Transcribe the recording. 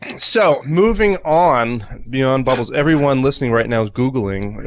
so moving on beyond bubbles, everyone listening right now is googling.